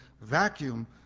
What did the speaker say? vacuum